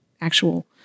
actual